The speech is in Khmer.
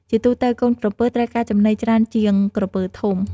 ជាទូទៅ កូនក្រពើត្រូវការចំណីច្រើនជាងក្រពើធំ។